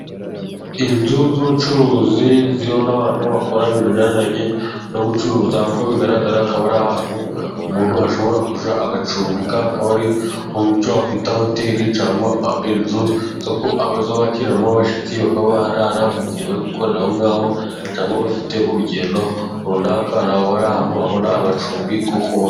Inzu z'ubucuruzi ziriho n'abantu bakora ibintu bijyaniranye no gucuruza. Uko bigaragara akaba ari ahantu umuntu ashobora kujya agacumbika. akaba ari ahantu wakwita hoteli cyangwa inzu wakwaikiramo abashitsi bakaba baraharara mu gihe bari gukorera aho ngaho n'abafite urugendo runaka ari ahantu wabona amacumbi yo kubamo.